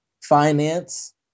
finance